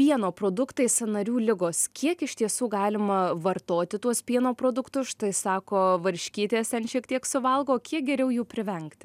pieno produktai sąnarių ligos kiek iš tiesų galima vartoti tuos pieno produktus štai sako varškytės ten šiek tiek suvalgo kiek geriau jų privengti